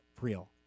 real